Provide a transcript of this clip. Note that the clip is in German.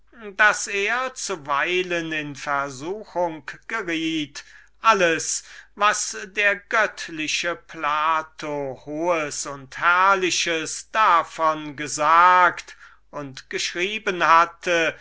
eigenliebe oder des vorurteils sein könnte alles was der göttliche plato erhabenes und herrliches davon gesagt und geschrieben hatte